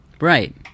Right